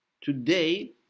today